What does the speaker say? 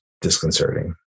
disconcerting